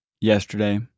yesterday